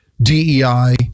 DEI